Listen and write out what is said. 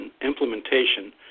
implementation